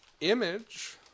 Image